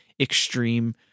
extreme